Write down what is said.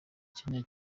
kenya